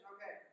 Okay